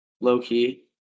Low-key